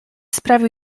sprawił